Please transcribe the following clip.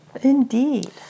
Indeed